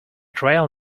trail